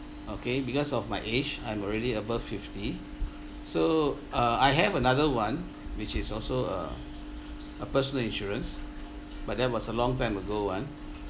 okay because of my age I'm already above fifty so uh I have another one which is also a a personal insurance but that was a long time ago one